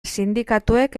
sindikatuek